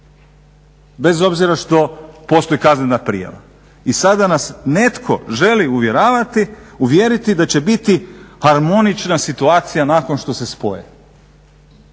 Bez obzira što postoji kaznena prijava. I sada nas netko želi uvjeriti da će biti harmonična situacija nakon što se spoje.